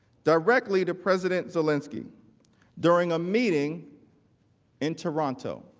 directly to president zelensky during a meeting in toronto.